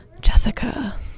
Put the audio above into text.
Jessica